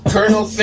Colonel